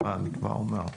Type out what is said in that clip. תציגי את החוק בבקשה.